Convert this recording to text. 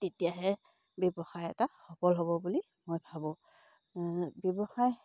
তেতিয়াহে ব্যৱসায় এটা সফল হ'ব বুলি মই ভাবোঁ ব্যৱসায়